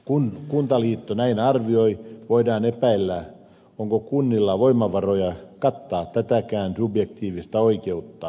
kun kuntaliitto näin arvioi voidaan epäillä onko kunnilla voimavaroja kattaa tätäkään subjektiivista oikeutta